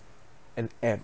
an app